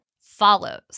follows